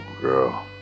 girl